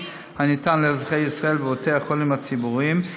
הניתן לאזרחי ישראל בבתי החולים הציבוריים,